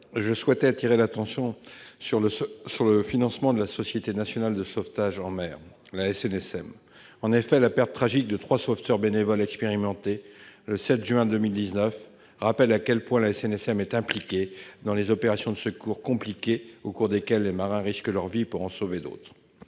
je souhaite attirer votre attention sur le financement de la Société nationale de sauvetage en mer, la SNSM. En effet, la perte tragique de trois sauveteurs bénévoles expérimentés, le 7 juin 2019, rappelle à quel point la SNSM est impliquée dans des opérations de secours compliquées au cours desquelles les marins risquent leur vie pour en sauver d'autres.